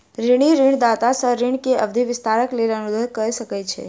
ऋणी ऋणदाता सॅ ऋण के अवधि विस्तारक लेल अनुरोध कय सकै छै